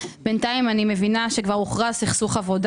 בינתיים אני מבינה שכבר הוכרז סכסוך עבודה